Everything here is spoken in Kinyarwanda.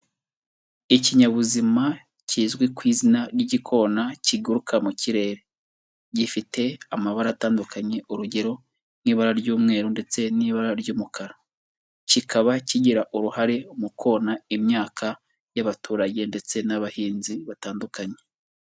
Ikinyabuzima kizwi ku izina ry'igikona kiguruka mu kirere, gifite amabara atandukanye, urugero nk'ibara ry'umweru ndetse n'ibara ry'umukara, kikaba kigira uruhare mu kona imyaka y'abaturage ndetse n'abahinzi batandukanye.